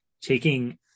taking